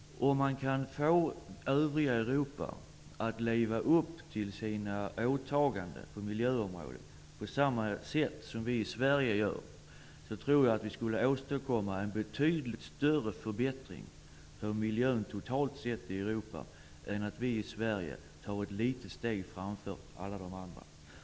Om man kan få övriga Europa att leva upp till sina åtaganden på miljöområdet på samma sätt som vi i Sverige gör tror jag att vi skulle åstadkomma en betydligt större förbättring för miljön i Europa totalt sett än om vi i Sverige tar ett litet steg framför alla de andra.